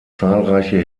zahlreiche